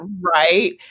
Right